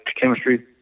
chemistry